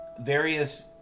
various